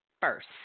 first